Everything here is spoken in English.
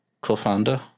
co-founder